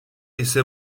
ise